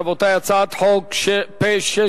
רבותי, הצעת חוק פ/632,